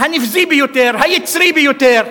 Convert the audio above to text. הנבזי ביותר, היצרי ביותר.